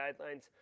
guidelines